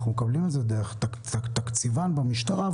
אנחנו מקבלים את זה דרך תקציבן במשטרה,